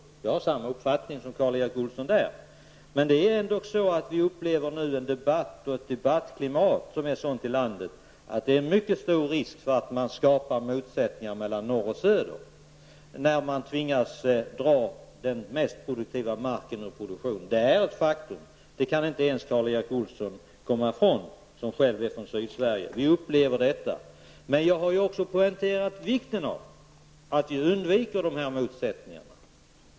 Jag har samma uppfattning som Karl Erik Olsson. Vi upplever dock nu en debatt och ett debattklimat i landet som är sådant att det är mycket stor risk för att man skapar motsättningar mellan norr och söder när man tvingas ta den mest produktiva marken ur produktion. Det är ett faktum. Det kan inte ens Karl Erik Olsson komma ifrån som själv är från Sydsverige. Vi upplever detta. Men jag har också poängterat vikten av att undvika dessa motsättningar.